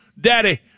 Daddy